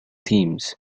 themes